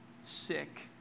sick